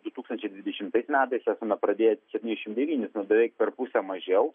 du tūkstančiai dvidešimtais metais esame pradėję septyniasdešimt devynis beveik per pusę mažiau